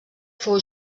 fou